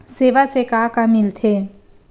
सेवा से का का मिलथे?